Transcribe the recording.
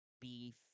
Beef